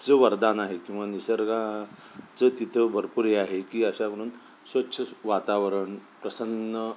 चं वरदान आहे किंवा निसर्गाचं तिथं भरपूर हे आहे की अशा म्हणून स्वच्छ वातावरण प्रसन्न